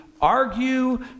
argue